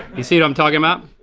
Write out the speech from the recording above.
you see what i'm talkin' about?